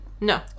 No